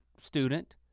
student